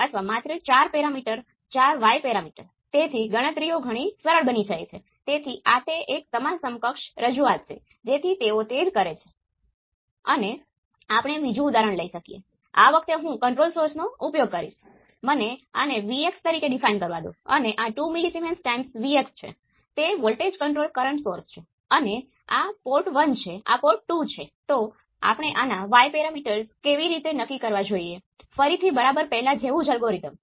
હવે y parameter એ V1 I1 V2 અને I2 સાથે સંબંધિત છે અને તે રિલેશન બાજુ જુઓ તો આ V2 એ RL માં વોલ્ટેજ છે અને I2 એ Rl દ્વારા કરંટ છે પરંતુ ઉપરની દિશામાં